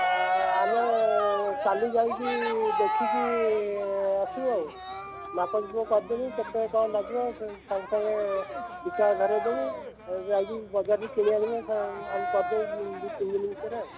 ହଁ ଆମେ କାଲି ଯାଇକି ଦେଖିକି ଆସିବା ଆଉ ମାପ ଚୁପ କରିଦେବୁ କେତେ କ'ଣ ଲାଗିବ ସଙ୍ଗେ ସାଙ୍ଗ ଚିଠା ଧରାଇଦେବୁ ବଜାରରୁ କିଣିଆଣିବ ସେ ଆମେ କରିଦେବୁ ଦୁଇ ତିନି ଦିନ ଭିତରେ ଆଉ